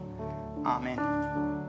Amen